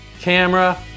camera